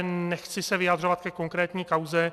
Nechci se vyjadřovat ke konkrétní kauze.